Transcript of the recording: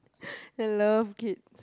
I love kids